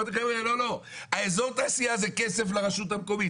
אמרתי להם שאזור התעשייה זה כסף לרשות המקומית.